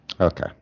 Okay